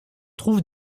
trouve